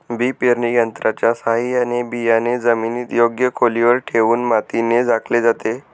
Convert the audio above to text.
बी पेरणी यंत्राच्या साहाय्याने बियाणे जमिनीत योग्य खोलीवर ठेवून मातीने झाकले जाते